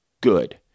Good